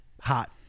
Hot